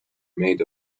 maid